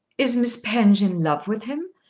is miss penge in love with him?